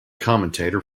commentator